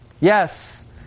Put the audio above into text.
yes